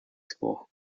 school